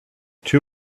two